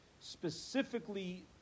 specifically